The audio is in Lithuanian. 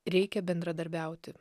reikia bendradarbiauti